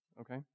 okay